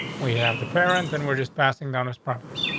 we have the parent and we're just passing down his property.